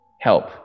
help